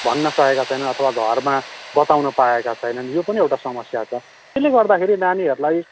भन्न सकेका छैनन् अथवा घरमा बताउन पाएका छैनन् यो पनि एउटा समस्या छ त्यसले गर्दाखेरि नानीहरूलाई